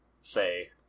say